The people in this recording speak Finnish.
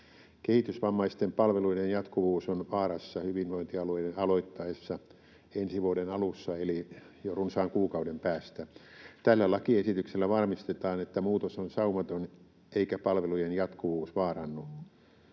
Kehitysvammaisten palveluiden jatkuvuus on vaarassa hyvinvointialueiden aloittaessa ensi vuoden alussa eli jo runsaan kuukauden päästä. Tällä lakiesityksellä varmistetaan, että muutos on saumaton eikä palvelujen jatkuvuus vaarannu.